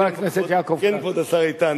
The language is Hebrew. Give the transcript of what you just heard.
חבר הכנסת יעקב כץ.